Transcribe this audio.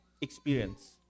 experience